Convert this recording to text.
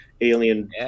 alien